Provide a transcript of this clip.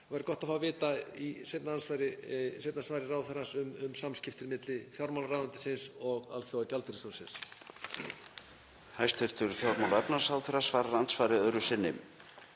það væri gott að fá að vita í seinna svari ráðherrans um samskiptin milli fjármálaráðuneytisins og Alþjóðagjaldeyrissjóðsins.